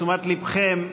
לתשומת ליבכם,